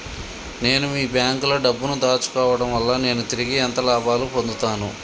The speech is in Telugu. నేను మీ బ్యాంకులో డబ్బు ను దాచుకోవటం వల్ల నేను తిరిగి ఎంత లాభాలు పొందుతాను?